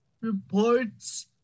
reports